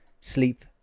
sleep